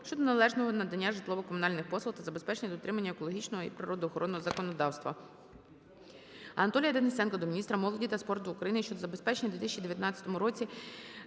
щодо неналежного надання житлово-комунальних послуг та забезпечення дотримання екологічного та природоохоронного законодавства.